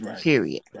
Period